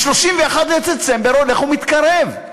31 בדצמבר הולך ומתקרב,